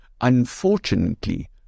unfortunately